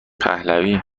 پهلوی